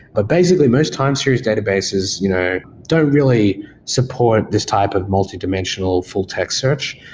ah basically, most time series databases you know don't really support this type of multidimensional full text search.